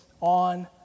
on